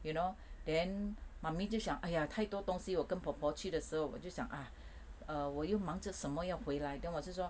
you know then mummy 就想 !aiya! 太多东西我跟婆婆去的时候我就想 ah err 我又忙着什么要回来 then 我是说